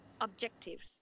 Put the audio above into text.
objectives